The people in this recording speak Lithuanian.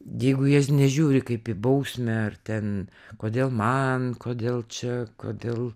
jeigu į jas nežiūri kaip į bausmę ar ten kodėl man kodėl čia kodėl